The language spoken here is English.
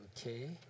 Okay